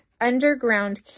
underground